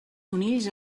conills